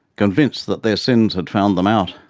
convinced that their sins had found them out.